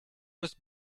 was